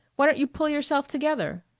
why don't you pull yourself together?